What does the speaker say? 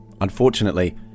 Unfortunately